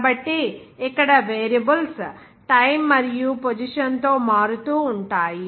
కాబట్టి ఇక్కడ variables time మరియు పొజిషన్ తో మారుతూ ఉంటాయి